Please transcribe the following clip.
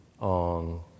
on